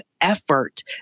effort